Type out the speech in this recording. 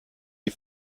die